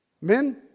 Men